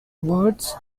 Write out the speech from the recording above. words